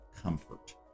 comfort